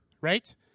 right